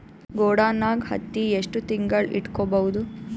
ಗೊಡಾನ ನಾಗ್ ಹತ್ತಿ ಎಷ್ಟು ತಿಂಗಳ ಇಟ್ಕೊ ಬಹುದು?